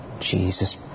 Jesus